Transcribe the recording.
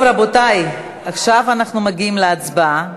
טוב, רבותי, עכשיו אנחנו מגיעים להצבעה.